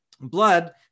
blood